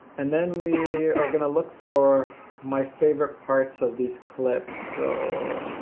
and then we are gonna look for my favorite parts of these clips, so